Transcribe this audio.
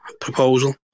proposal